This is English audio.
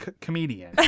comedian